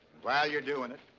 while you're doing it,